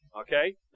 Okay